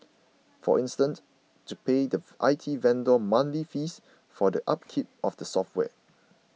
for instance to pay thief I T vendor monthly fees for the upkeep of the software